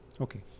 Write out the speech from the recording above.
Okay